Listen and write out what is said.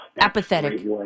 Apathetic